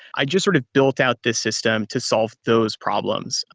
i just sort of built out this system to solve those problems.